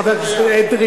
חבר הכנסת אדרי,